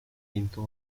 pinto